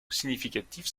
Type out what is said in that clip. significatifs